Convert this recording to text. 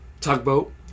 Tugboat